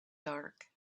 dark